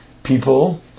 people